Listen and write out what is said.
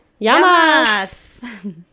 Yamas